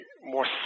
more